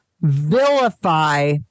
vilify